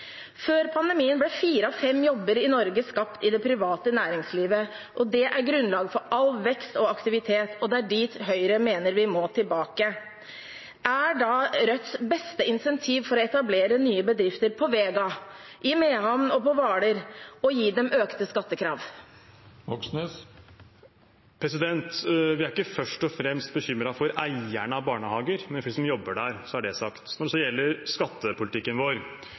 Før pandemien ble fire av fem jobber i Norge skapt i det private næringslivet, og det er grunnlag for all vekst og aktivitet. Det er dit Høyre mener vi må tilbake. Er da Rødts beste insentiv for å etablere nye bedrifter på Vega, i Mehamn og på Hvaler å gi dem økte skattekrav? Vi er ikke først og fremst bekymret for eierne av barnehager, men for dem som jobber der, så er det sagt. Når det så gjelder skattepolitikken vår,